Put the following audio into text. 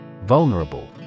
Vulnerable